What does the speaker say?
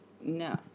No